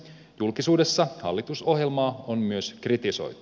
julkisuudessa hallitusohjelmaa on myös kritisoitu